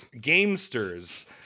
gamesters